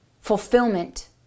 fulfillment